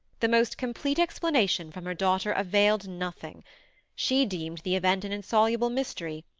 the most complete explanation from her daughter availed nothing she deemed the event an insoluble mystery,